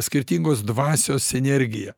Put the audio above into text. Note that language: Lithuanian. skirtingos dvasios sinergiją